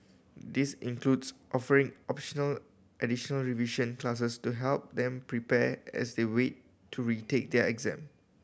this includes offering optional additional revision classes to help them prepare as they wait to retake their exam